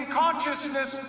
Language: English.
consciousness